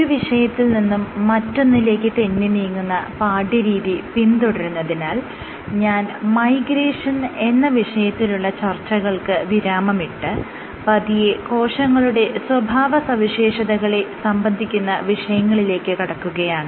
ഒരു വിഷയത്തിൽ നിന്നും മറ്റൊന്നിലേക്ക് തെന്നിനീങ്ങുന്ന പാഠ്യരീതി പിന്തുടരുന്നതിനാൽ ഞാൻ മൈഗ്രേഷൻ എന്ന വിഷയത്തിലുള്ള ചർച്ചകൾക്ക് വിരാമമിട്ട് പതിയെ കോശങ്ങളുടെ സ്വഭാവസവിശേഷതകളെ സംബന്ധിക്കുന്ന വിഷയങ്ങളിലേക്ക് കടക്കുകയാണ്